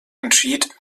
entschied